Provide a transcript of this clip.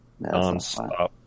nonstop